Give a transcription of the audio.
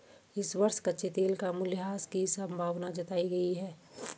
इस वर्ष कच्चे तेल का मूल्यह्रास की संभावना जताई गयी है